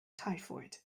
typhoid